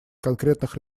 конкретных